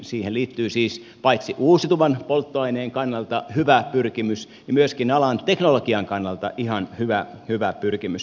siihen liittyy siis paitsi uusiutuvan polttoaineen kannalta hyvä pyrkimys myöskin alan teknologian kannalta ihan hyvä pyrkimys